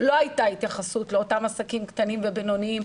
לא הייתה התייחסות לאותם עסקים קטנים ובינוניים,